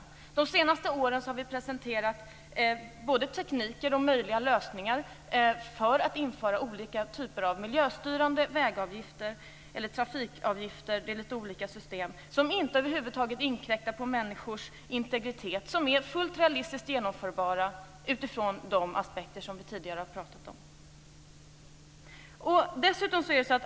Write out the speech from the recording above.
Under de senaste åren har vi presenterat både tekniker och möjliga lösningar för att införa olika typer av miljöstyrande vägavgifter - eller trafikavgifter; det är litet olika system - som över huvud taget inte inkräktar på människors integritet och som det är fullt realistiskt att genomföra ur de aspekter som vi tidigare har talat om.